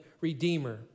redeemer